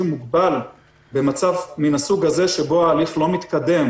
מוגבל במצב מן הסוג הזה שבו ההליך לא מתקדם.